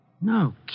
No